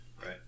Right